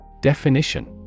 Definition